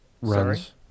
runs